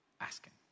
asking